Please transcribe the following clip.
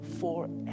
forever